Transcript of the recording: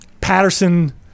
Patterson